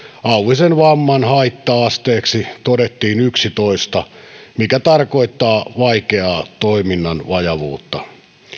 auvisen vamman haitta asteeksi todettiin yksitoista mikä tarkoittaa vaikeaa toiminnan vajavuutta